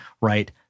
Right